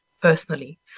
personally